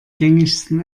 gängigsten